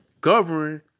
govern